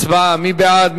מי בעד?